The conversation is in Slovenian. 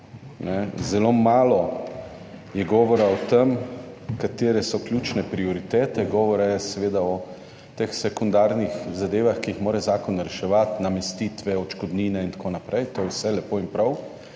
Zelo malo je govora o tem katere so ključne prioritete. Govora je seveda o teh sekundarnih zadevah, ki jih mora zakon reševati, namestitve, odškodnine in tako naprej, to je vse lepo in prav.